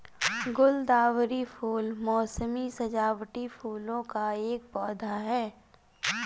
गुलदावरी फूल मोसमी सजावटी फूलों का एक पौधा है